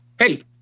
hey